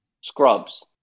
scrubs